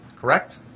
correct